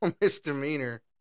misdemeanor